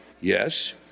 Yes